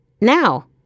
Now